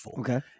Okay